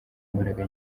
imbaraga